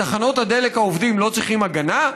בתחנות הדלק העובדים לא צריכים הגנה?